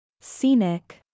Scenic